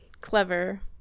clever